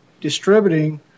distributing